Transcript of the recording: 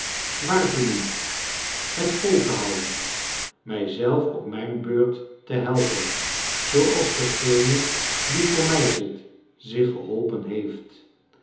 waartoe niet het vol te houden mij zelf op mijn beurt te helpen zooals degene die voor mij zit zich geholpen heeft